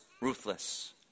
ruthless